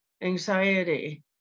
anxiety